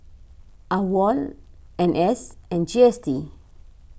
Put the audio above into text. Awol N S and G S T